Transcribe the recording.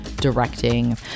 directing